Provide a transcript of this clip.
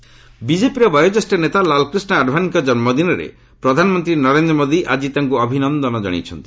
PM ଆଡ଼୍ୱନି ବିଜେପିର ବୟୋଜ୍ୟେଷ ନେତା ଲାଲ୍କ୍ରିଷ୍ଣ ଆଡ଼ୱାନିଙ୍କ ଜନ୍ମଦିନରେ ପ୍ରଧାନମନ୍ତ୍ରୀ ନରେନ୍ଦ୍ର ମୋଦି ଆଜି ତାଙ୍କୁ ଅଭିନନ୍ଦନ ଜଣାଇଛନ୍ତି